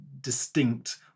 distinct